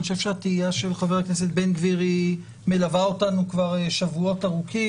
אני חושב שהתהייה של חבר הכנסת בן גביר מלווה אותנו כבר שבועות ארוכים.